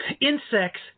insects